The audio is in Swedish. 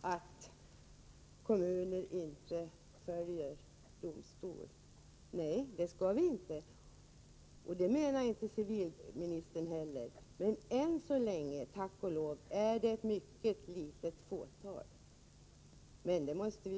att en kommun inte följer domstol? Nej, det skall vi inte, och det menar inte civilministern heller. Men än så länge, tack och lov, är det ett mycket litet fåtal kommuner som handlar så.